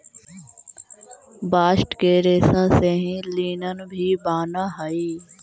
bast के रेसा से ही लिनन भी बानऽ हई